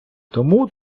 тому